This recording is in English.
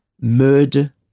murder